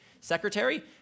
secretary